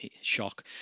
shock